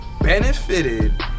benefited